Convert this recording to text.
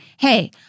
hey